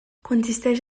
consisteix